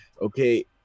Okay